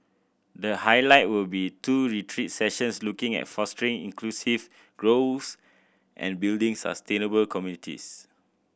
the highlight will be two retreat sessions looking at fostering inclusive growth and building sustainable communities